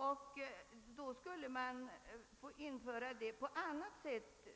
Det skulle kunna ske på annat sätt